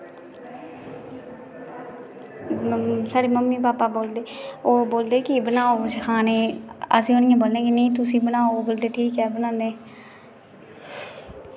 साडे mummy papa बोलदे कि ओह् बलेद कि वनाओ कुछ खाने गी अस उंहेगी बोलने कि नेई तुस ही बनाऔ बोलदे कि ठीक ऐ बनाने